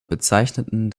bezeichneten